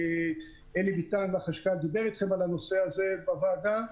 אלי ביטן מהחשכ"ל דיבר איתכם על הנושא הזה בוועדה.